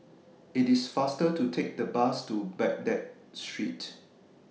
IT IS faster to Take The Bus to Baghdad Street